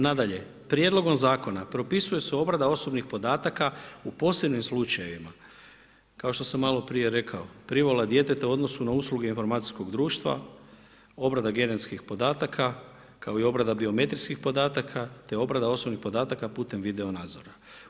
Nadalje, prijedlogom zakona, propisuje se obrada osobnih podataka u posebnim slučajevima, kao što sam maloprije rekao, privola djeteta u odnosu na usluge informacijskog društva, obrade genetskih podataka, kao i obrada geometrijskih podataka, te obrada osobnih podataka putem video nazora.